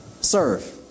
Serve